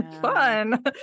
Fun